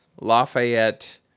lafayette